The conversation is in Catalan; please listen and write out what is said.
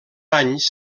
anys